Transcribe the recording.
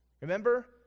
Remember